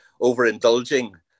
overindulging